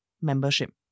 membership